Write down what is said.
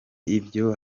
ibyo